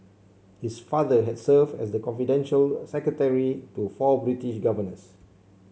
his father had served as the confidential secretary to four British governors